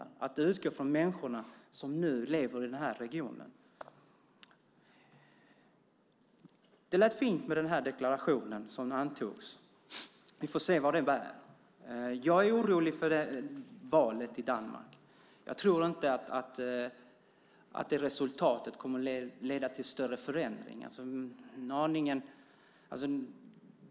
Det gäller att utgå från människorna som lever i den regionen. Det lät fint med den deklaration som antogs. Vi får väl se vart den bär. Jag är orolig för valresultatet i Danmark. Jag tror inte att det kommer att leda till större förändringar.